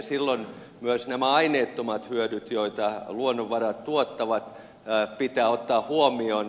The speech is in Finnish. silloin myös aineettomat hyödyt joita luonnonvarat tuottavat pitää ottaa huomioon